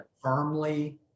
firmly